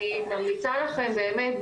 אני ממליצה לכם באמת,